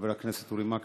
חבר הכנסת אורי מקלב,